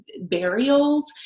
burials